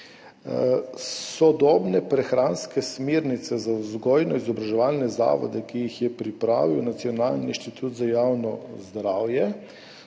Sodobne prehranske smernice za vzgojno-izobraževalne zavode, ki jih je pripravil Nacionalni inštitut za javno zdravje,